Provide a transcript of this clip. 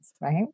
right